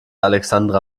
alexandra